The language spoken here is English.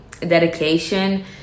dedication